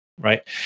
right